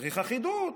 צריך אחידות.